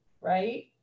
right